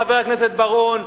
חבר הכנסת בר-און,